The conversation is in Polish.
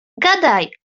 gadaj